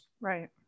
Right